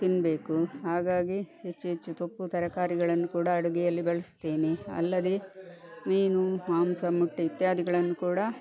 ತಿನ್ನಬೇಕು ಹಾಗಾಗಿ ಹೆಚ್ಚು ಹೆಚ್ಚು ಸೊಪ್ಪು ತರಕಾರಿಗಳನ್ನು ಕೂಡ ಅಡುಗೆಯಲ್ಲಿ ಬಳಸ್ತೇನೆ ಅಲ್ಲದೆ ಮೀನು ಮಾಂಸ ಮೊಟ್ಟೆ ಇತ್ಯಾದಿಗಳನ್ನು ಕೂಡ